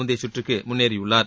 முந்தைய சுற்றுக்கு முன்னேறியுள்ளார்